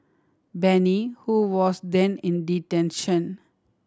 Bani who was then in detention